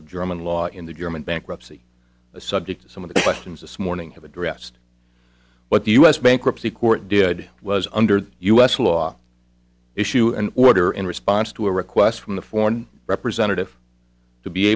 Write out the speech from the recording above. of german law in the german bankruptcy a subject some of the questions this morning have addressed what the u s bankruptcy court did was under u s law issue an order in response to a request from the foreign representative to be